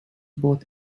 both